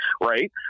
right